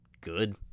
good